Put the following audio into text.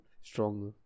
stronger